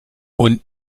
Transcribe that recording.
und